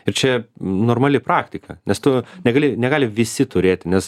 ir čia normali praktika nes tu negali negali visi turėti nes